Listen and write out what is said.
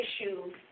issues